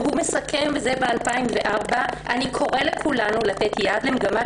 והוא מסכם: "אני קורא לכולנו לתת יד למגמת